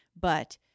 but-